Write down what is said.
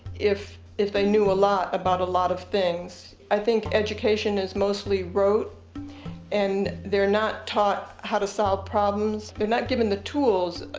if if they knew a lot about a lot of things. i think education is mostly rote and they're not taught how to solve problems. they're not given the tools,